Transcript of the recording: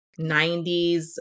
90s